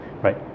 right